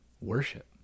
worship